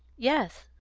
yes,